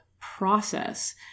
process